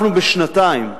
אנחנו בשנתיים החזרנו,